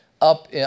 up